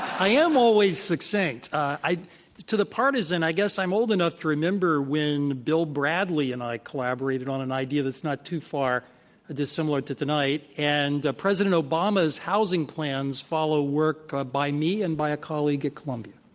i am always succinct. to the partisan, i guess i'm old enough to remember when bill bradley and i collaborated on an idea that's not too far dissimilar to tonight. and president obama's housing plans follow work ah by me and by a colleague at columbia.